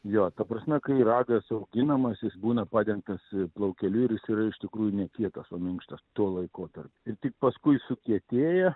jo ta prasme kai ragas auginamas jis būna padengtas plaukeliu ir jis yra iš tikrųjų ne kietas o minkštas tuo laikotarpiu ir tik paskui sukietėja